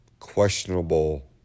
questionable